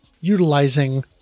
utilizing